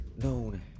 known